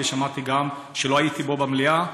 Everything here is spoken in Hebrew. ושמעתי גם כשלא הייתי פה במליאה,